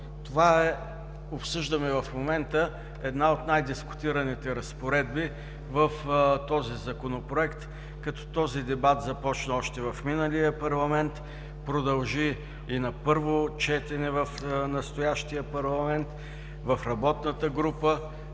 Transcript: защото обсъждаме в момента една от най-дискутираните разпоредби в този Законопроект, като този дебат започна още в миналия парламент, продължи и на първо четене в настоящия парламент, в работната група,